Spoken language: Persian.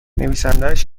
نویسندهاش